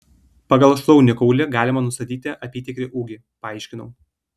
pagal šlaunikaulį galima nustatyti apytikrį ūgį paaiškinau